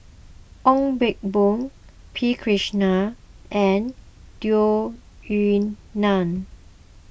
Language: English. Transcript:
Ong Pang Boon P Krishnan and Tung Yue Nang